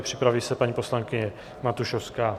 Připraví se paní poslankyně Matušovská.